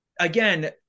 again